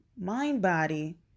mind-body